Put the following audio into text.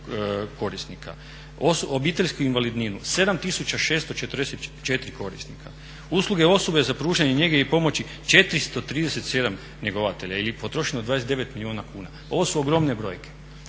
korisnika. Obiteljsku invalidninu 7 tisuća 644 korisnika. Usluge osobe za pružanje njege i pomoći 437 njegovatelja ili potrošeno 29 milijuna kuna. Ovo su ogromne brojke.